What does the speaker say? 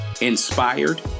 inspired